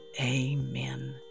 Amen